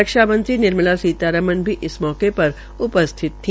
रक्षा मंत्री निर्मला सीतरमण भी इस अवसर पर उपस्थित थी